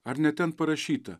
ar ne ten parašyta